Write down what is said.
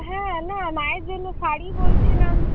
হ্যাঁ না মায়ের জন্য শাড়ি বলছিলাম